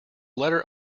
letter